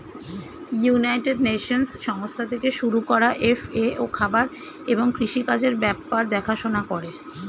United Nations সংস্থা থেকে শুরু করা এফ.এ.ও খাবার এবং কৃষি কাজের ব্যাপার দেখাশোনা করে